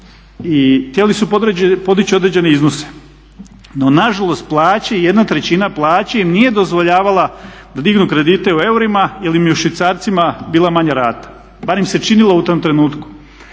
i htjeli su podići određene iznose no nažalost plaće, jedna trećina plaće im nije dozvoljavala da dignu kredite u eurima jer im je u švicarcima bila manja rata, barem se činila u tom trenutku.